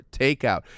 takeout